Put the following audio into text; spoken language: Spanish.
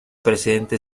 presidente